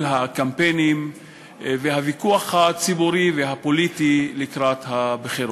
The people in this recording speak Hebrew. הקמפיינים והוויכוח הציבורי והפוליטי לקראת הבחירות.